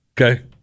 Okay